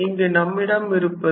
இங்கு நம்மிடம் இருப்பது